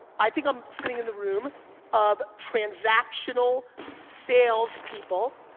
i think i'm sitting in the room of transactional salespeople,